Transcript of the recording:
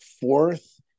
fourth